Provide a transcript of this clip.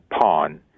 pawn